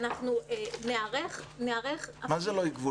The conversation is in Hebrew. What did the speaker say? אנחנו ניערך --- מה זה לא יגבו?